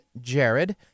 Jared